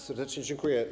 Serdecznie dziękuję.